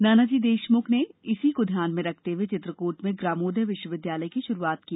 नानाजी देशमुख ने इसी को ध्यान में रखते हुए चित्रकूट में ग्रामोद्योग विश्वविद्यालय की शुरुआत की